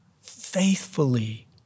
faithfully